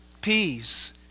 peace